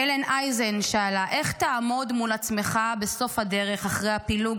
הלן אייזן שאלה: איך תעמוד מול עצמך בסוף הדרך אחרי הפילוג,